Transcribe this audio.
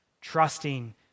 trusting